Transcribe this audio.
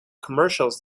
commercials